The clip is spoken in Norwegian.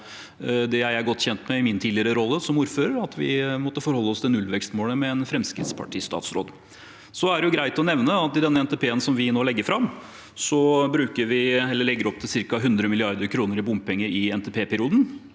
Det var jeg godt kjent med i min tidligere rolle som ordfører, at vi måtte forholde oss til nullvekstmålet med en Fremskrittsparti-statsråd. Det er greit å nevne at i den NTP-en som vi nå legger fram, legger vi opp til ca. 100 mrd. kr i bompenger i NTPperioden.